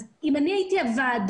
אז אם אני הייתי הוועדה,